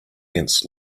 ants